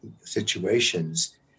situations